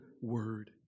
word